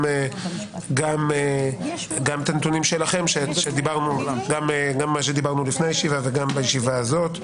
גם את הנתונים שלכם שדיברנו לפני הישיבה וגם בישיבה הזאת.